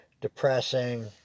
depressing